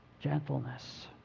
gentleness